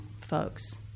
folks